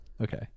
Okay